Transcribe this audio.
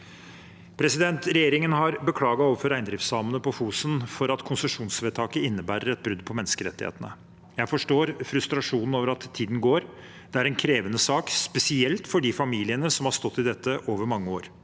i saken. Regjeringen har beklaget overfor reindriftssamene på Fosen at konsesjonsvedtaket innebærer et brudd på menneskerettighetene. Jeg forstår frustrasjonen over at tiden går. Det er en krevende sak, spesielt for de familiene som har stått i dette over mange år.